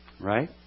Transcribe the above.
Right